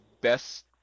best